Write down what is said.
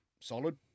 solid